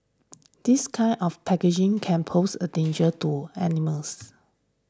this kind of packaging can pose a danger to animals